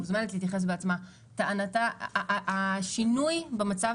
מוזמנת להתייחס בעצמה השינוי במצב